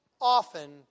often